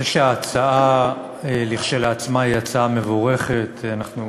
אני חושב שההצעה כשלעצמה היא הצעה מבורכת, אנחנו